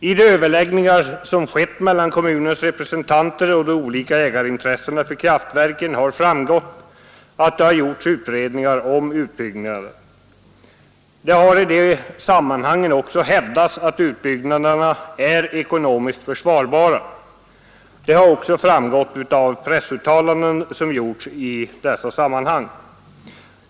I de överläggningar som skett mellan kommunens representanter och de olika ägarintressenterna för kraftverken har framgått att det har gjorts utredningar om utbyggnader. Det har i de sammanhangen också hävdats att utbyggnaderna är ekonomiskt försvarbara. Det har också framgått av pressuttalanden, som gjorts i dessa sammanhang.